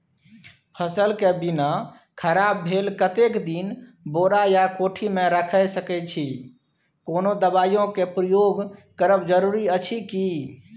फसल के बीना खराब भेल कतेक दिन बोरा या कोठी मे रयख सकैछी, कोनो दबाईयो के प्रयोग करब जरूरी अछि की?